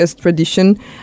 tradition